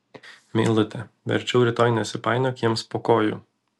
meilute verčiau rytoj nesipainiok jiems po kojų